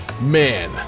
man